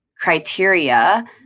criteria